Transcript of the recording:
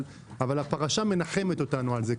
אבל הפרשה מנחמת אותנו על זה.